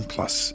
Plus